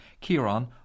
Kieran